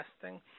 testing